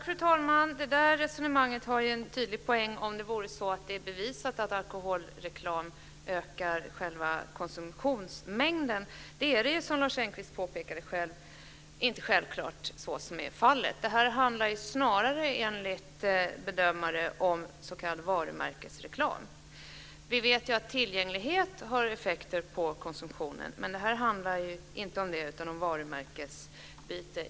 Fru talman! Det där resonemanget skulle ha en tydlig poäng om det vore bevisat att alkoholreklam ökar konsumtionsmängden. Det är, som Lars Engqvist själv påpekade, inte självklart att så är fallet. Det handlar enligt bedömare snarare om s.k. varumärkesreklam. Vi vet att tillgänglighet har effekter på konsumtionen, men det handlar här inte om det utan om varumärken.